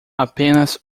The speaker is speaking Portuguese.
apenas